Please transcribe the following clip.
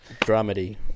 dramedy